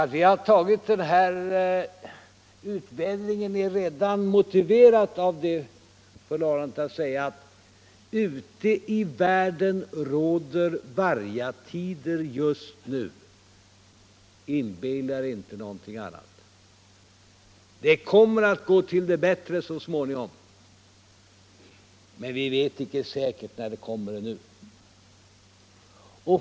Att vi intagit den här ståndpunkten är motiverat redan av det förhållandet att det ute i världen just nu råder vargatider. Inbilla er inte någonting annat! Det kommer att vända sig till det bättre så småningom, men vi vet ännu icke säkert när det blir.